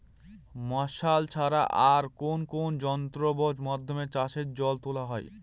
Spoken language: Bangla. মার্শাল ছাড়া আর কোন কোন যন্ত্রেরর মাধ্যমে চাষের জল তোলা হয়?